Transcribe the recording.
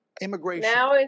immigration